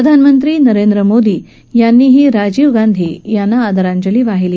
प्रधानमंत्री नरेंद्र मोदी यांनी देखील राजीव गांधी यांना आदरांजली वाहिली